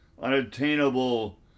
unattainable